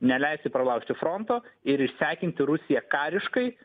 neleisti pralaužti fronto ir išsekinti rusiją kariškai